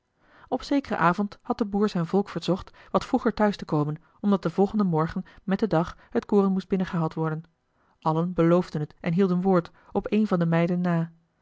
op zekeren avond had de boer zijn volk verzocht wat vroeger thuis te komen omdat den volgenden morgen met den dag het koren moest binnengehaald worden allen beloofden het en hielden woord op eene van de meiden na